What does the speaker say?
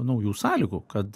naujų sąlygų kad